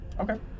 Okay